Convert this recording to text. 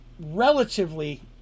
relatively